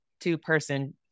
two-person